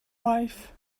life